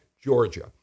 Georgia